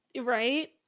Right